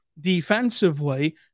defensively